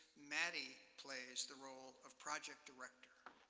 maddy plays the role of project director.